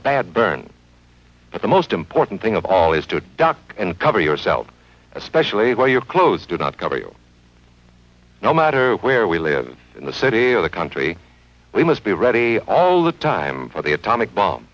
bad burn the most important thing of all is to duck and cover yourself especially when your clothes do not cover you no matter where we live in the city of the country we must be ready all the time for the atomic bomb